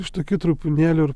iš tokių trupinėlių ir